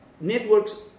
networks